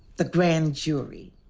the grand jury.